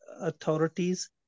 authorities